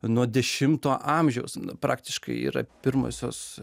nuo dešimto amžiaus praktiškai yra pirmosios